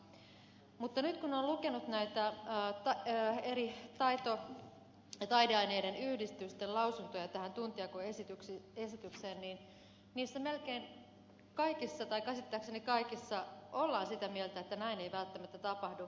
mutta nyt kun on lukenut näitä eri taito ja taideaineiden yhdistysten lausuntoja tästä tuntijakoesityksestä niin niissä käsittääkseni kaikissa ollaan sitä mieltä että näin ei välttämättä tapahdu